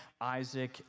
Isaac